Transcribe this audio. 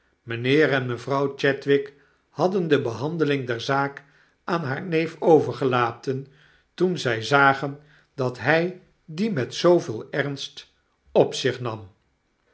mynheer en mevrouw chadwick hadden de behandeling der zaak aan haar neef overgelaten toen zy zagen dat hy die met zooveel ernst op zich nam